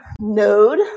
node